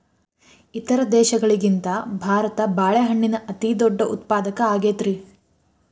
ಇತರ ದೇಶಗಳಿಗಿಂತ ಭಾರತ ಬಾಳೆಹಣ್ಣಿನ ಅತಿದೊಡ್ಡ ಉತ್ಪಾದಕ ಆಗೈತ್ರಿ